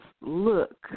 look